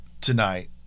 tonight